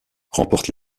remporte